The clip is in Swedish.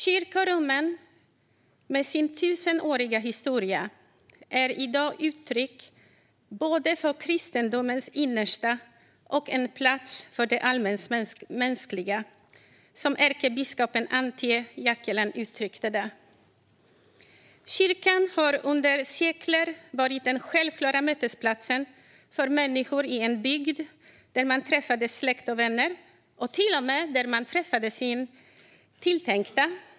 Kyrkorummen med sin tusenåriga historia är i dag både uttryck för kristendomens innersta och en plats för det allmänmänskliga, som ärkebiskop Antje Jackelén har uttryckt det. Kyrkan har under sekler varit den självklara mötesplatsen för människor i en bygd. Där träffade man släkt och vänner och till och med sin tilltänkta.